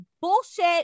bullshit